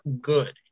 good